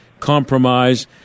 Compromise